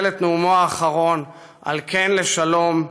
והחל את נאומו האחרון על "כן לשלום,